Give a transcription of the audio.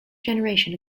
generation